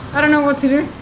i don't know what to do.